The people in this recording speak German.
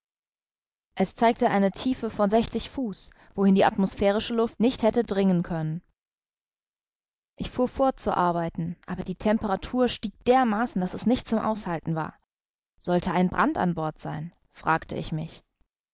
es zeigte eine tiefe von sechzig fuß wohin die atmosphärische luft nicht hätte dringen können ich fuhr fort zu arbeiten aber die temperatur stieg dermaßen daß es nicht zum aushalten war sollte ein brand an bord sein fragte ich mich